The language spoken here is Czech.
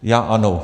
Já ano.